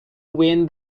win